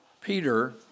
Peter